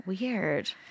Weird